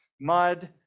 mud